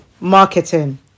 marketing